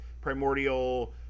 primordial